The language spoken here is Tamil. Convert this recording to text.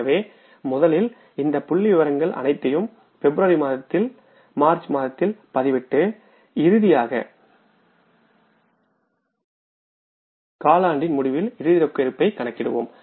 எனவே முதலில் இந்த புள்ளிவிவரங்கள் அனைத்தையும் பிப்ரவரி மாதத்தில் மார்ச் மாதத்தில் பதிவிட்டு இறுதியாக காலாண்டின் முடிவில் இறுதி ரொக்க இருப்பைக் கணக்கிடுவோம்